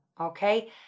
okay